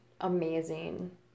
amazing